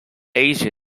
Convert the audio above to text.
asia